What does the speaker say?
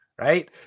right